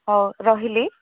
ହଉ ରହିଲି